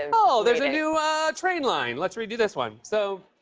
and oh, there's a new train line. let's read you this one. so